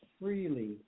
freely